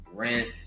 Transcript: rent